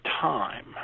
time